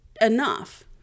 enough